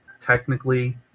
technically